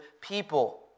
people